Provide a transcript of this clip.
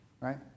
right